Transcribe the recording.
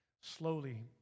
slowly